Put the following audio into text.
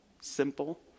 Simple